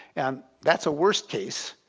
and that's a worse case.